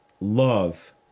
love